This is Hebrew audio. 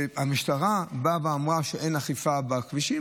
שהמשטרה באה ואמרה שאין אכיפה בכבישים.